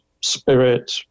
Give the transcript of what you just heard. spirit